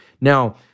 Now